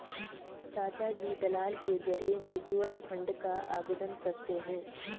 चाचाजी दलाल के जरिए म्यूचुअल फंड का आवेदन करते हैं